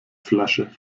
flasche